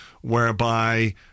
whereby